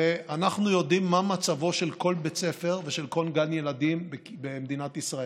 ואנחנו יודעים מה מצבו של כל בית ספר ושל כל גן ילדים במדינת ישראל.